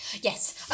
Yes